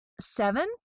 seven